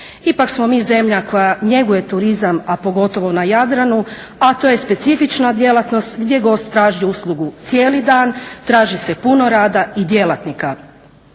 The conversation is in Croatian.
Ipak smo mi zemlja koja njeguje turizam, a pogotovo na Jadranu, a to je specifična djelatnost gdje gost traži uslugu cijeli dan, traži se puno rada i djelatnika.